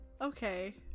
okay